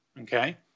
Okay